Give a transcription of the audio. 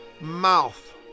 mouth